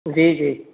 जी जी